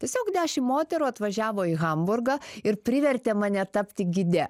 tiesiog dešimt moterų atvažiavo į hamburgą ir privertė mane tapti gide